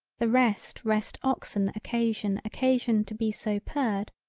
the rest rest oxen occasion occasion to be so purred,